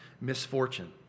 misfortune